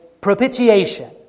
propitiation